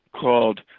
called